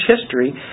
history